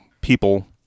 people